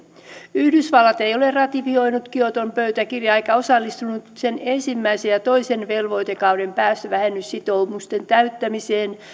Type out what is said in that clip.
yhdysvallat ei ole ratifioinut kioton pöytäkirjaa eikä osallistunut sen ensimmäisen ja ja toisen velvoitekauden päästövähennyssitoumusten täyttämiseen